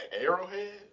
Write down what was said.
Arrowhead